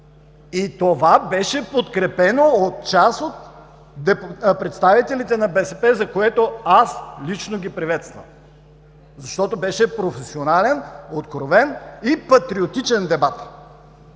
И това беше подкрепено от част от представителите на БСП, за което аз лично ги приветствам. Защото беше професионален, откровен и патриотичен дебат.